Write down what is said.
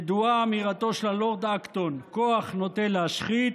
ידועה אמירתו של הלורד אקטון: כוח נוטה להשחית,